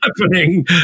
happening